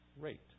rate